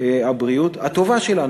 הבריאות הטובה שלנו.